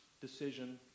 decision